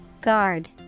Guard